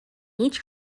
each